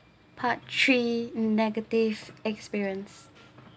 part three negative experience